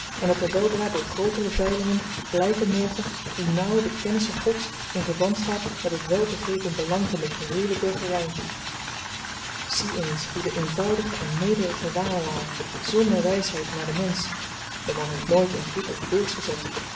en dat er weldra door grootere veilingen blyken moge hoe nauw de kennisse gods in verband staat met het welbegrepen belang van de geheele burgery zie eens hoe de eenvoudige en nederige wawelaar zonder wysheid naar den mensch de man heeft nooit een voet op de beurs